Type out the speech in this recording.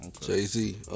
Jay-Z